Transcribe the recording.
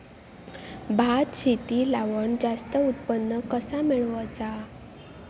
भात शेती लावण जास्त उत्पन्न कसा मेळवचा?